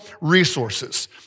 resources